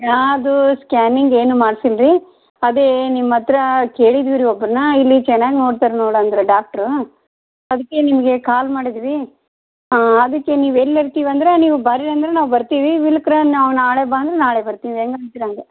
ಯಾವುದು ಸ್ಕ್ಯಾನಿಂಗ್ ಏನು ಮಾಡ್ಸಿಲ್ಲ ರೀ ಅದೇ ನಿಮ್ಮ ಹತ್ರ ಕೇಳಿದ್ವಿ ರೀ ಒಬ್ಬರನ್ನ ಇಲ್ಲಿ ಚೆನ್ನಾಗಿ ನೋಡ್ತಾರೆ ನೋಡಿ ಅಂದರು ಡಾಕ್ಟ್ರು ಅದಕ್ಕೆ ನಿಮಗೆ ಕಾಲ್ ಮಾಡಿದ್ವಿ ಅದಕ್ಕೆ ನೀವು ಎಲ್ಲಿ ಇರ್ತೀವಿ ಅಂದರೆ ನೀವು ಬರ್ರಿ ಅಂದರೆ ನಾವು ಬರ್ತೀವಿ ಇಲ್ಲಿಕ್ರ ನಾವು ನಾಳೆ ಬಂದು ನಾಳೆ ಬರ್ತೀವಿ ಹೆಂಗೆ ಅಂತೀರ ಹಾಗೆ